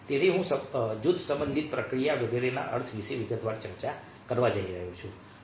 તેથી હું જૂથ સંબંધિત પ્રક્રિયા વગેરેના અર્થ વિશે વિગતવાર ચર્ચા કરવા જઈ રહ્યો છું